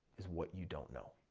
is what you don't know.